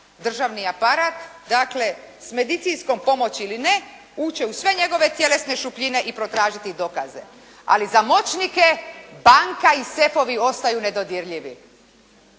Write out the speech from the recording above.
Državni aparat, dakle s medicinskom pomoći ili ne, ući će u sve njegove tjelesne šupljine i potražiti dokaze, ali za moćnike banka i sefovi ostaju nedodirljivi.